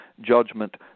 judgment